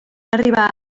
arribar